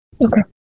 Okay